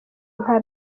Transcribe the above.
nka